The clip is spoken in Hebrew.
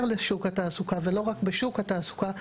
של שוק התעסוקה ולא רק בשוק התעסוקה.